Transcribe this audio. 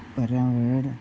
पर्यावरण